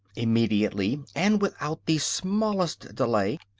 immediately, and without the smallest delay,